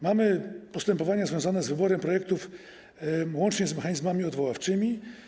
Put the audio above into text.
Mamy postępowania związane z wyborem projektów, łącznie z mechanizmami odwoławczymi.